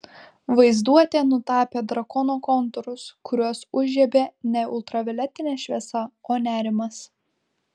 vaizduotė nutapė drakono kontūrus kuriuos užžiebė ne ultravioletinė šviesa o nerimas